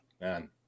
Man